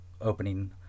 opening